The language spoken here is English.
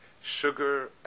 sugar